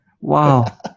Wow